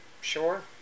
sure